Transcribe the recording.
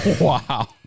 Wow